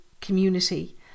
community